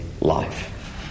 life